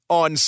on